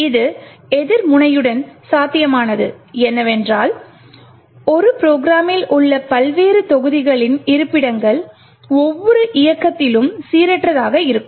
இது ஒரு எதிர்முனையுடன் சாத்தியமானது என்னவென்றால் ஒரு ப்ரோக்ராமில் உள்ள பல்வேறு தொகுதிகளின் இருப்பிடங்கள் ஒவ்வொரு இயக்கத்திலும் சீரற்றதாக இருக்கும்